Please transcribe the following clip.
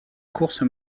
course